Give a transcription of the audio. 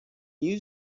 you